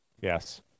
yes